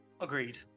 Agreed